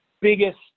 biggest